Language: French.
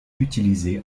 utilisé